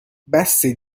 بسه